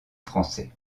français